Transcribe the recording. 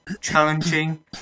challenging